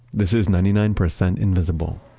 this is ninety nine percent invisible.